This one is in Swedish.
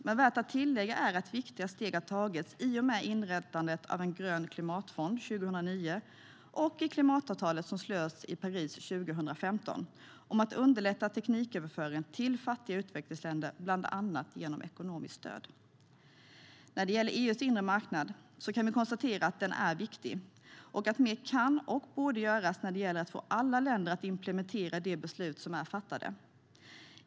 Men värt att tillägga är att viktiga steg har tagits i och med inrättandet av en grön klimatfond 2009 och i klimatavtalet som slöts i Paris 2015 om att underlätta tekniköverföring till fattiga utvecklingsländer, bland annat genom ekonomiskt stöd. När det gäller EU:s inre marknad kan vi konstatera att den är viktig och att mer kan och borde göras när det gäller att få alla länder att implementera de beslut som är fattade.